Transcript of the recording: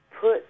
put